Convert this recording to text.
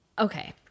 okay